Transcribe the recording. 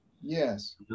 Yes